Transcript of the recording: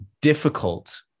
difficult